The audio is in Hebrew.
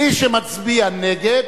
מי שמצביע נגד,